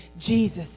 Jesus